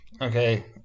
Okay